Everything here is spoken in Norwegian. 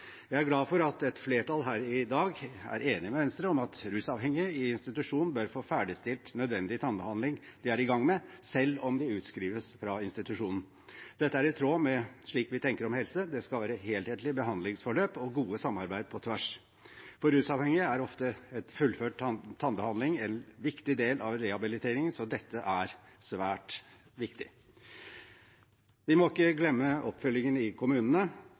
Jeg er glad for at et flertall her i dag er enig med Venstre i at rusavhengige i institusjon bør få ferdigstilt nødvendig tannbehandling de er i gang med, selv om de utskrives fra institusjonen. Dette er i tråd med slik vi tenker om helse: Det skal være helhetlige behandlingsforløp og gode samarbeid på tvers. For rusavhengige er ofte en fullført tannbehandling en viktig del av rehabiliteringen, så dette er svært viktig. Vi må ikke glemme oppfølgingen i kommunene.